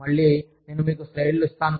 మళ్ళీ నేను మీకు స్లైడ్ లను ఇస్తాను